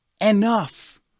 enough